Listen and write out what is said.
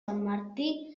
martí